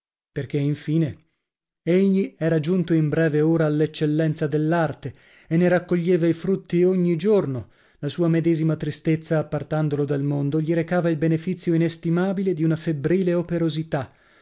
perchè infine egli era giunto in breve ora all'eccellenza dell'arte e ne raccoglieva i frutti ogni giorno la sua medesima tristezza appartandolo dal mondo gli recava il benefizio inestimabile di una febbrile operosità